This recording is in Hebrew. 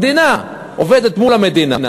המדינה עובדת מול המדינה,